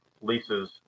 Leases